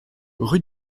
rue